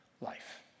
Life